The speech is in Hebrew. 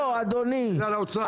מילה לאוצר.